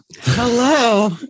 hello